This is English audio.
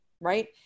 right